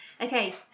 Okay